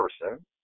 person